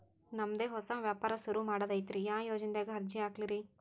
ನಮ್ ದೆ ಹೊಸಾ ವ್ಯಾಪಾರ ಸುರು ಮಾಡದೈತ್ರಿ, ಯಾ ಯೊಜನಾದಾಗ ಅರ್ಜಿ ಹಾಕ್ಲಿ ರಿ?